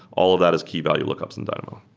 all of that is key value lookups in dynamo.